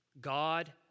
God